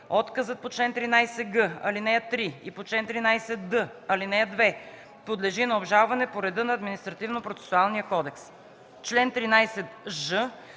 Отказът по чл. 13г, ал. 3 и по чл. 13д, ал. 2 подлежи на обжалване по реда на Административнопроцесуалния кодекс. Чл. 13ж.